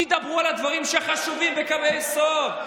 תדברו על הדברים שחשובים בקווי היסוד.